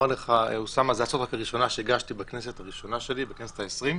זו הראשונה שהגשתי בכנסת הראשונה שלי, ה-20.